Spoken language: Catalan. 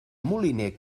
moliner